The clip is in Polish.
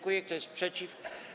Kto jest przeciw?